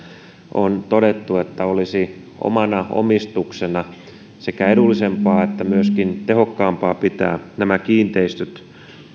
on todettu että olisi omana omistuksena sekä edullisempaa että myöskin tehokkaampaa pitää nämä kiinteistöt